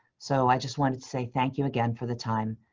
so i just wanted to say thank you again for the time,